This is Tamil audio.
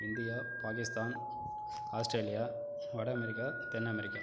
இந்தியா பாகிஸ்தான் ஆஸ்திரேலியா வட அமெரிக்கா தென் அமெரிக்கா